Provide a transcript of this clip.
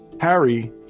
Harry